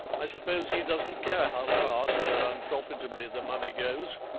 i suppose he doesn't care how fast or unprofitably the money goes,